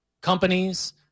companies